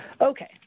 Okay